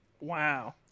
wow